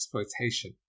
exploitation